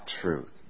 truth